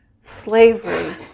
slavery